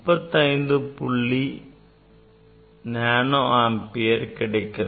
1 nano ampere கிடைக்கிறது